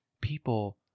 People